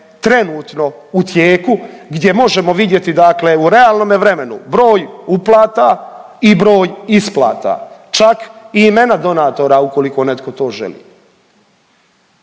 trenutno u tijeku, gdje možemo vidjeti dakle u realnome vremenu broj uplata i broj isplata, čak i imena donatora ukoliko netko to želi.